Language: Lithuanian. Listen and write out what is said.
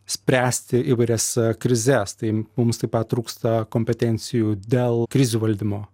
spręsti įvairias krizes tai mums taip pat trūksta kompetencijų dėl krizių valdymo